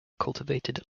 cultivated